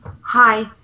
Hi